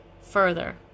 further